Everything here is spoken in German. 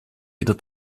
wieder